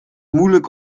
moeilijk